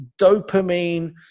dopamine